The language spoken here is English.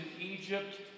Egypt